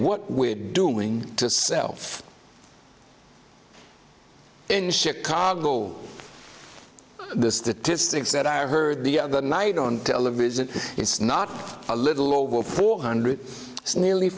what we're doing to self in chicago the statistics that i heard the other night on television it's not a little over four hundred nearly